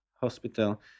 hospital